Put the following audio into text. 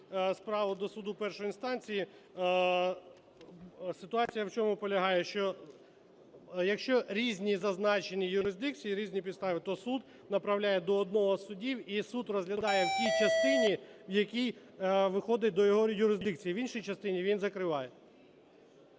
справу до суду першої інстанції, ситуація в чому полягає, що якщо різні зазначення юрисдикції, різні підстави, то суд направляє до одного з судів, і суд розглядає в тій частині, в який входить до його юрисдикції, в іншій він закриває.